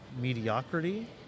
mediocrity